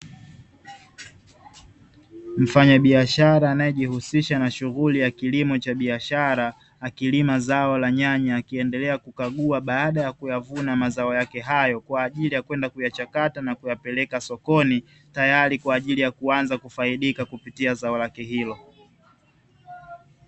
Mfanya biashara anaye jihusisha na shuguhi cha kilimo cha biashara akilima zao la nyaya akiendelea kukagua baada ya kuyavuna mazao yake hayo, baada ya kwenda kuyachakata na kuyapeleka sokoni tayari kwaajili ya kuanza kufaidika kupitia zao lake hilo.